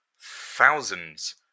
thousands